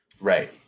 Right